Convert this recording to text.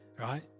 right